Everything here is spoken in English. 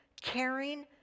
caring